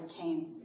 came